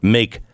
make